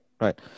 right